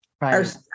Right